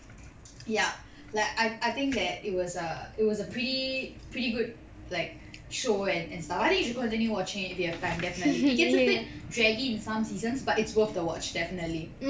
yup like I I think that it was a it was a pretty pretty good like show and and stuff I think you continue watching if you have time definitely it gets a bit draggy in some seasons but it's worth the watch definitely